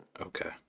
Okay